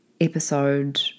episode